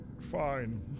Fine